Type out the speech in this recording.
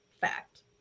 fact